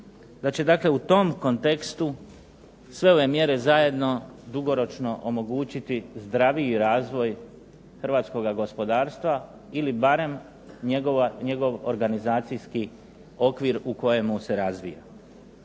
Dakle, u tom kontekstu sve ove mjere zajedno dugoročno omogućiti zdraviji razvoj hrvatskoga gospodarstva ili barem njegov organizacijski okvir u kojemu se razvija.